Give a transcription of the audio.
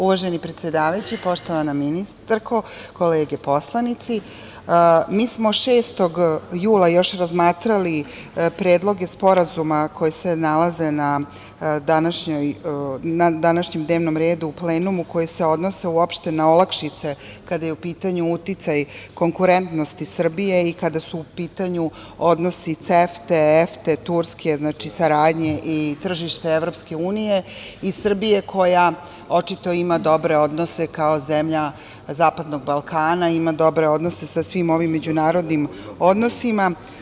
Uvaženi predsedavajući, poštovana ministarko, kolege poslanici, mi smo još 6. jula razmatrali predloge sporazuma koji se nalaze na današnjem dnevnom redu u plenumu, a koji se odnose uopšte na olakšice kada je u pitanju uticaj konkurentnosti Srbije i kada su u pitanju odnosi CEFTE, EFTE, Turske, znači saradnje, i tržište i EU i Srbije koja očito ima dobre odnose kao zemlja zapadnog Balkana, ima dobre odnose sa svim ovim međunarodnim odnosima.